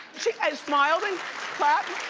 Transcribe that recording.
she smiled and clapped.